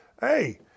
hey